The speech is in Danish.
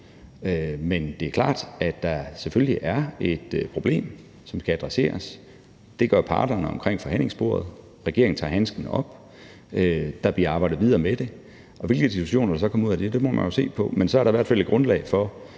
Men det er klart, at der selvfølgelig er et problem, som skal adresseres. Det gør parterne omkring forhandlingsbordet, regeringen tager handsken op, der bliver arbejdet videre med det, og hvilke situationer der så kommer ud af det, må man jo se på, men så er der i hvert fald et grundlag for,